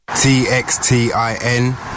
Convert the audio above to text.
T-X-T-I-N